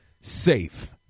safe